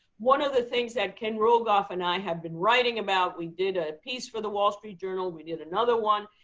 one of the things that ken rogoff and i have been writing about, we did a piece for the wall street journal, we did another one,